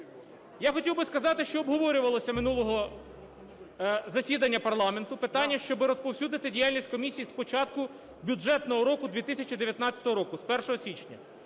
Я хотів би сказати, що обговорювалося минулого засідання парламенту питання, щоб розповсюдити діяльність комісії з початку бюджетного року 2019 року, з 1 січня.